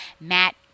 matt